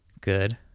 Good